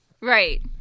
Right